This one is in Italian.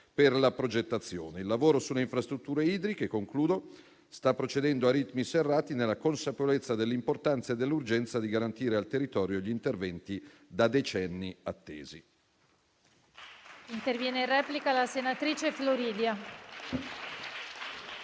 di euro. Il lavoro sulle infrastrutture idriche, concludo, sta procedendo a ritmi serrati, nella consapevolezza dell'importanza e dell'urgenza di garantire al territorio gli interventi da decenni attesi.